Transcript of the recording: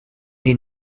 den